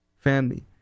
Family